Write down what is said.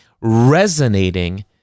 resonating